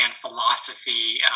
philosophy